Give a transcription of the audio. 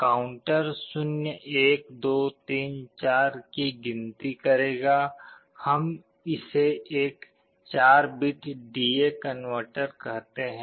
counter 0 1 2 3 4 की गिनती करेगा हम इसे एक 4 बिट डी ए कनवर्टर कहते हैं